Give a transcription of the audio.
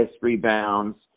rebounds